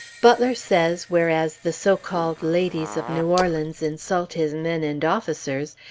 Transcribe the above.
butler says, whereas the so-called ladies of new orleans insult his men and officers,